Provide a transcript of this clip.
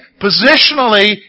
Positionally